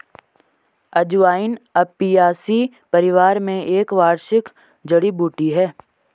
अजवाइन अपियासी परिवार में एक वार्षिक जड़ी बूटी है